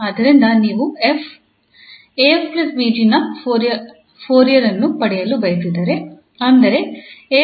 ಆದ್ದರಿಂದ ನೀವು 𝑓 𝑎𝑓 𝑏𝑔 ನ ಫೋರಿಯರ್ ಅನ್ನು ಪಡೆಯಲು ಬಯಸಿದರೆ ಅಂದರೆ 𝑎𝑓 𝑏𝑔𝑒𝑖𝛼𝑢